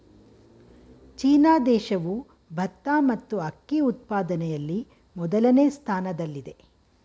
China ದೇಶವು ಭತ್ತ ಮತ್ತು ಅಕ್ಕಿ ಉತ್ಪಾದನೆಯಲ್ಲಿ ಮೊದಲನೇ ಸ್ಥಾನದಲ್ಲಿದೆ